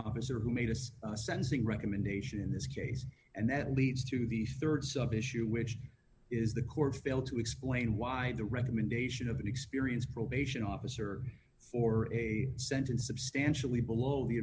officer who made us a sensing recommendation in this case and that leads to these thirds of issue which is the court fail to explain why the recommendation of an experience probation officer for a sentence substantially below the